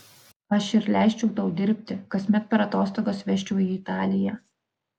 aš ir leisčiau tau dirbti kasmet per atostogas vežčiau į italiją